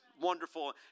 wonderful